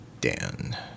Dan